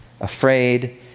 afraid